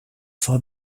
far